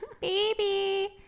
Baby